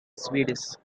swedes